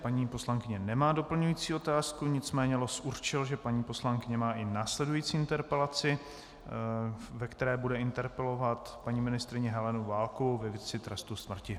Paní poslankyně nemá doplňující otázku, nicméně los určil, že paní poslankyně má i následující interpelaci, ve které bude interpelovat paní ministryni Helenu Válkovou ve věci trestu smrti.